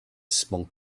smoke